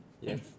Yes